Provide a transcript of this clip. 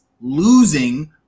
losing